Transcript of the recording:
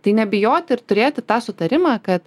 tai nebijoti ir turėti tą sutarimą kad